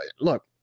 look